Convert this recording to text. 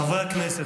חברי הכנסת,